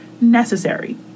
necessary